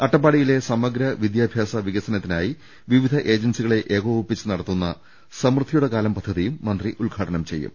അട്ടപ്പാടിയിലെ സമഗ്ര വിദ്യാഭ്യാസ വികസന ത്തിനായി വിവിധ ഏജൻസികളെ ഏകോപിപ്പിച്ച് നടത്തുന്ന സമൃദ്ധിയുടെ കാലം പദ്ധതിയും മന്ത്രി ഉദ്ഘാടനം ചെയ്യും